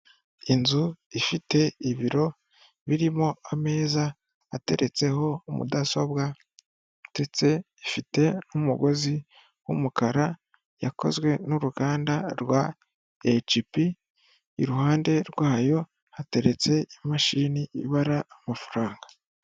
Inzu ifite ibiro birimo ameza ateretseho mudasobwa ndetse ifite n'umugozi w'umukara yakozwe n'uruganda rwa Ecipi, iruhande rwayo hateretse imashini ibara amafaranga.